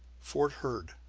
fort heard.